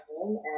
home